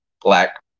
black